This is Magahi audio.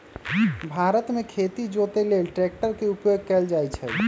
भारत मे खेती जोते लेल ट्रैक्टर के उपयोग कएल जाइ छइ